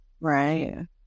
right